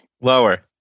lower